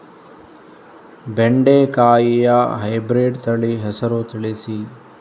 ಬೆಂಡೆಕಾಯಿಯ ಹೈಬ್ರಿಡ್ ತಳಿ ಹೆಸರು ತಿಳಿಸಿ?